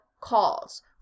calls